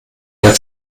der